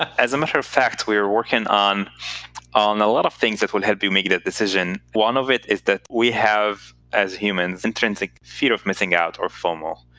as a matter of fact, we are working on on a lot of things that will help you make that decision. one of it is that we have, as humans, intrinsic fear of missing out, or fomo.